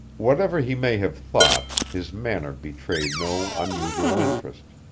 whatever he may have thought, his manner betrayed no unusual interest.